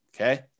okay